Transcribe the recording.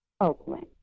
Oakland